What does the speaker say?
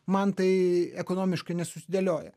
man tai ekonomiškai nesusidėlioja